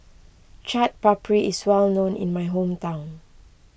Chaat Papri is well known in my hometown